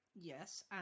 Yes